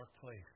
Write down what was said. place